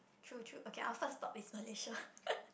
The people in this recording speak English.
true true okay our first stop is Malaysia